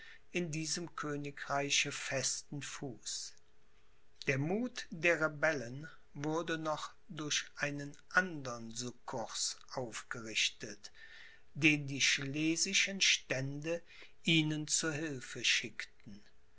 in diesem königreiche festen fuß der muth der rebellen wurde noch durch einen andern succurs aufgerichtet den die schlesischen stände ihnen zu hilfe schickten